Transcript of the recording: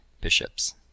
bishops